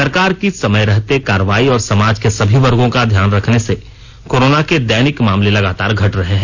सरकार की समय रहते कार्रवाई और समाज के सभी वर्गों का ध्यान रखने से कोरोना के दैनिक मामले लगातार घट रहे हैं